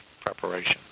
Preparation